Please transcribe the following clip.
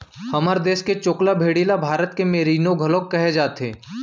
हमर देस म चोकला भेड़ी ल भारत के मेरीनो घलौक कहे जाथे